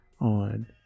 on